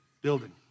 Building